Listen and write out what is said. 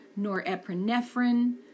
norepinephrine